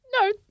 no